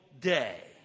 day